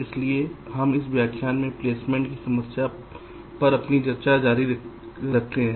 इसलिए हम इस व्याख्यान में प्लेसमेंट की समस्या पर अपनी चर्चा शुरू करते हैं